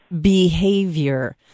behavior